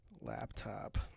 Laptop